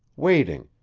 waiting,